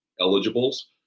eligibles